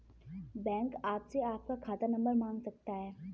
bank आपसे आपका खाता नंबर मांग सकता है